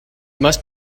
must